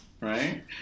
right